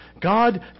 God